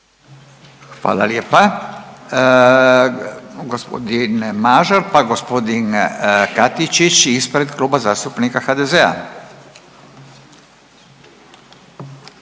Hvala lijepa. Gospodin Mažar, pa gospodin Katičić ispred Kluba zastupnika HDZ-a.